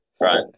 right